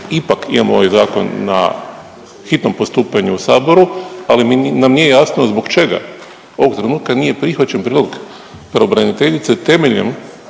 ipak imamo ovaj zakon na hitnom postupanju u saboru, ali nam nije jasno zbog čega ovog trenutka nije prihvaćen prijedlog pravobraniteljice temeljen